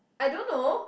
I don't know